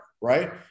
Right